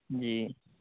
جی